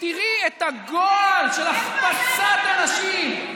ותראי את הגועל של החפצת הנשים,